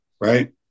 right